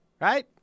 Right